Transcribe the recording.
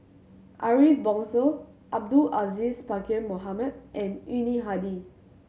Ariff Bongso Abdul Aziz Pakkeer Mohamed and Yuni Hadi